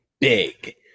big